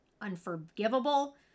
unforgivable